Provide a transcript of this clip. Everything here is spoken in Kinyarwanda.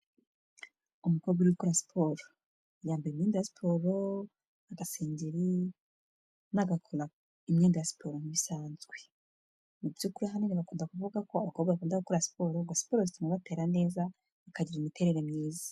Umukobwa uri gukora siporo, yambaye imyenda siporo, agasengeri n'agakora, imyenda ya siporo bisanzwe, mu by'ukuri ahanini bakunda kuvuga ko abakobwa bakunda gukora ngo siporo zituma batera neza, bakagira imiterere myiza